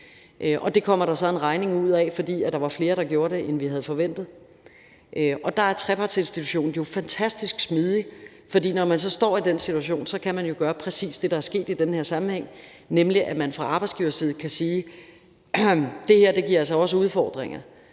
det kommer der så en regning ud af, fordi der var flere, der gjorde det, end vi havde forventet. Og der er trepartsinstitutionen jo fantastisk smidig, for når man så står i den situation, kan man gøre præcis det, der er sket i den her sammenhæng, nemlig at man fra arbejdsgiverside kan sige: Det her giver os altså nogle udfordringer,